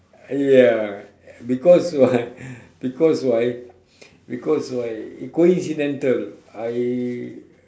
ya because why because why because why coincidental I